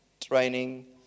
training